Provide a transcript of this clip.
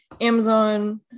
Amazon